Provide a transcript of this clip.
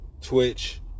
Twitch